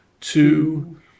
two